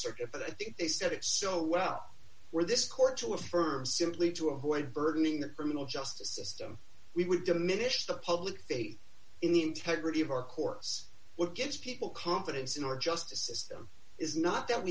if i think they said it so well where this court to affirm simply to avoid burdening the criminal justice system we would diminish the public faith in the integrity of our course what gives people confidence in our justice system is not that w